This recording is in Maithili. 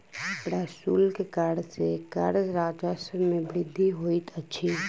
प्रशुल्क कर सॅ कर राजस्व मे वृद्धि होइत अछि